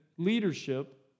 leadership